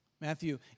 Matthew